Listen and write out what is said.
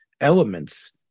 elements